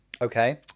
Okay